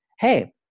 hey